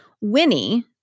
Winnie